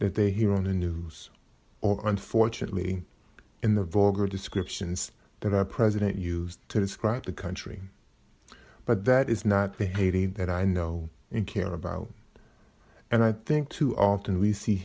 that they hear on the news or unfortunately in the vulgar descriptions that our president used to describe the country but that is not the haiti that i know and care about and i think too often we see